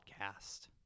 podcast